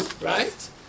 right